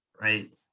Right